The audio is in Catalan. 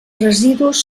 residus